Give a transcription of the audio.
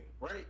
right